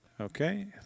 Okay